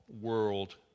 world